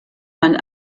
man